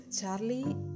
Charlie